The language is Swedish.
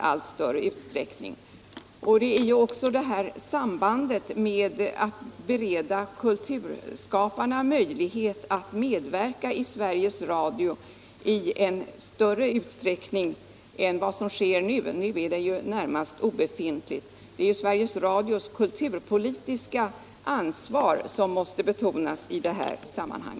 Det gäller här också sambandet med att bereda kulturskaparna möjligheter att medverka 1 Sveriges Radio i större utsträckning än vad som sker i dag. Nu är ju de möjligheterna närmast obefintliga. Jag menar att det är Sveriges Radios kulturpolitiska ansvar som måste betonas i detta sammanhang.